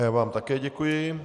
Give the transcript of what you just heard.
Já vám také děkuji.